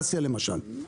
אסיה למשל.